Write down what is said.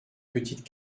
petites